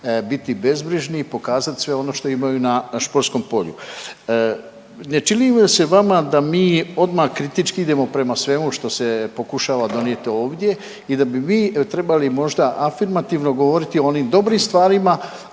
biti bezbrižni i pokazati sve ono što imaju na športskom polju. Ne čini li se vama da mi odmah kritički idemo prema svemu što se pokušava donijeti ovdje i da bi vi trebali možda afirmativno govoriti o onim dobrim stvarima,